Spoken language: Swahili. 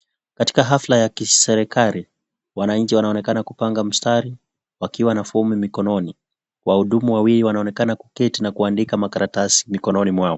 Katika hafla ya kiserikali wananchi wanaonekana kupaga mustari wakiwa na fomu mikononi, wahudumu wawili wanaonekana wameketi na kuandika makaratasi mikononi mwao.